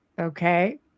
Okay